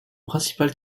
principal